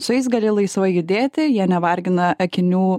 su jais gali laisvai judėti jie nevargina akinių